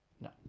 No